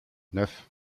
neuf